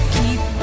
keep